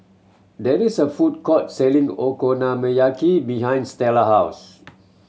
there is a food court selling Okonomiyaki behind Stella house